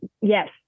yes